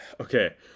Okay